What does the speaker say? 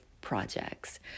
projects